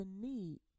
need